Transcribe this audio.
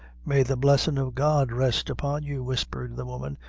may the blessin' of god rest upon you, whispered the woman,